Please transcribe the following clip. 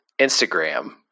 Instagram